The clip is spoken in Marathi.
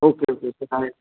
ओके ओके चालेल